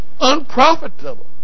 unprofitable